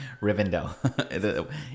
rivendell